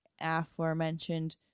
Aforementioned